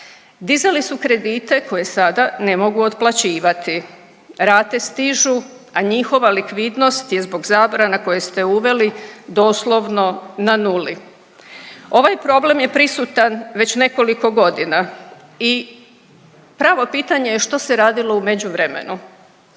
Dizali su kredite koje sada ne mogu otplaćivati. Rate stižu, a njihova likvidnost je zbog zabrana koje ste uveli doslovno na nuli. Ovaj problem je prisutan već nekoliko godina i pravo pitanje je što se radilo u međuvremenu.